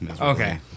Okay